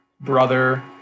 brother